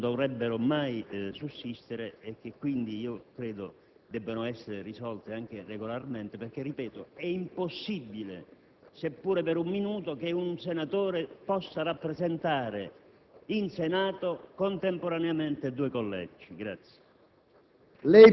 che non dovrebbero mai sussistere e che quindi credo debbano essere risolte anche regolarmente in quanto, ripeto, è impossibile, sia pure per un minuto, che un senatore possa rappresentare in Senato contemporaneamente due collegi.